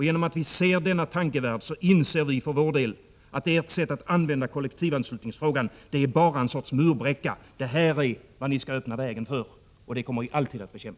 Genom att vi ser denna tankevärld inser vi för vår del att ert sätt att använda kollektivanslutningsfrågan är bara en sorts murbräcka. Det här är vad ni skall öppna vägen för, och det kommer vi alltid att bekämpa.